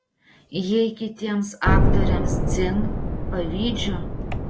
jei kitiems aktoriams dzin pavydžiu